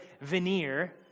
veneer